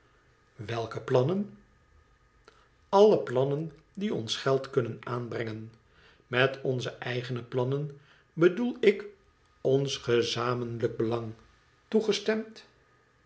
welke plannen alle plannen die ons geld kunnen aanbrengen met onze eigene plannen bedoel ik ons gezamenlijk belang toegestemd